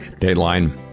Dateline